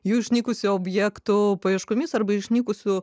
jų išnykusi objektų paieškomis arba išnykusių